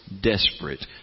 desperate